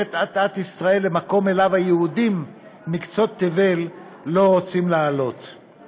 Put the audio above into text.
הופכת אט-אט את ישראל למקום שהיהודים מקצות תבל לא רוצים לעלות אליו.